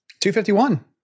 251